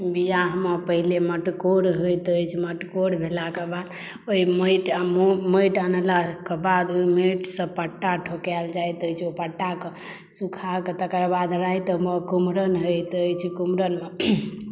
बियाह मे पहिले मटकोर होइत अछि मटकोर भेलाक बाद ओहि माटि अनलाक बाद ओहि माटिसँ पट्टा ठोकायल जाइत अछि ओहि पट्टा के सुखा कऽ तकर बाद राति मे कुमरम होइत अछि कुमरम मे